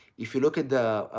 if you look at the,